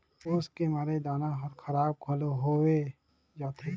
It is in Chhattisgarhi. अउस के मारे दाना हर खराब घलो होवे जाथे